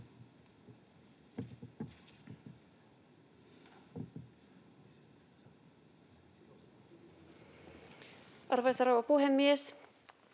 Arvoisa rouva puhemies!